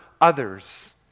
others